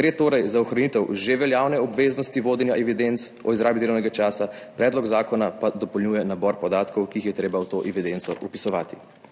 Gre torej za ohranitev že veljavne obveznosti vodenja evidenc o izrabi delovnega časa, predlog zakona pa dopolnjuje nabor podatkov, ki jih je treba v to evidenco vpisovati.